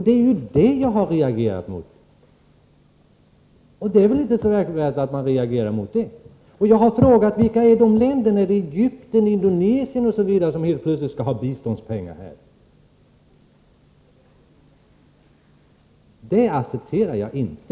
Det är detta jag har reagerat mot, och det är väl inte så märkvärdigt att man reagerar. Jag har frågat: Vilka länder är det? Är det Egypten, Indonesien osv. som helt plötsligt skall ha del av dessa biståndspengar? Det accepterar jag inte.